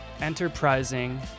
enterprising